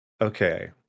Okay